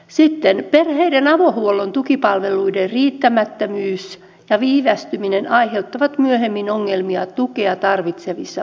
sitten perheiden avohuollon tukipalveluiden riittämättömyys ja viivästyminen aiheuttaa myöhemmin ongelmia tukea tarvitsevissa perheissä